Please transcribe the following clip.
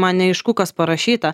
man neaišku kas parašyta